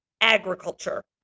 agriculture